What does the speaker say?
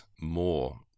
more